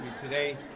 today